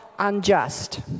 unjust